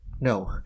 No